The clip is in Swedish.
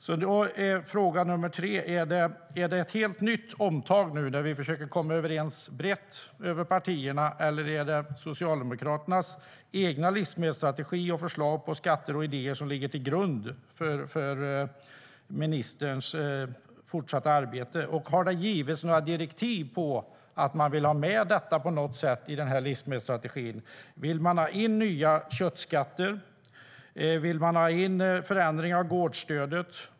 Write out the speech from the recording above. Då vill jag för det tredje fråga: Är det ett helt nytt omtag nu, när vi försöker komma överens brett mellan partierna, eller är det Socialdemokraternas egen livsmedelsstrategi och förslag på skatter och idéer som ligger till grund för ministerns fortsatta arbete? Har det givits några direktiv om att man vill ha med detta på något sätt i livsmedelsstrategin? Vill man ha in nya köttskatter och förändringar av gårdsstödet?